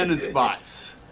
spots